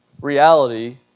reality